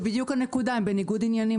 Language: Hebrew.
קקק זו בדיוק הנקודה, יש ניגוד עניינים.